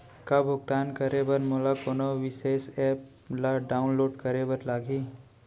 का भुगतान करे बर मोला कोनो विशेष एप ला डाऊनलोड करे बर लागही